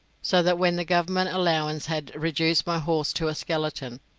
so that when the government allowance had reduced my horse to a skeleton,